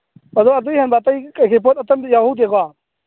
ꯑꯗꯨ ꯑꯗꯨ ꯍꯦꯟꯕ ꯑꯇꯩ ꯀꯔꯤ ꯀꯔꯤ ꯄꯣꯠ ꯑꯝꯇ ꯌꯥꯎꯍꯧꯗꯦꯀꯣ